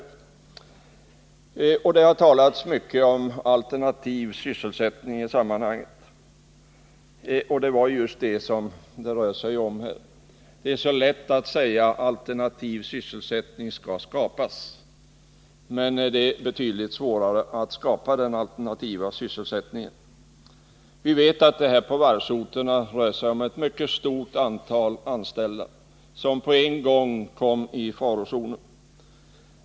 I det sammanhanget har det talats mycket om alternativ sysselsättning — och det är just det som det här är fråga om. Det är så lätt att säga att det skall skapas alternativ sysselsättning, men det är betydligt svårare att lyckas med det. Vi vet att det på varvsorterna rör sig om ett mycket stort antal anställda, som på en gång kom i farozonen.